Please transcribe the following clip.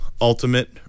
Ultimate